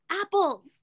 apples